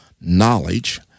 knowledge